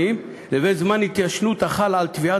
או שקיבל את שכרו באיחור,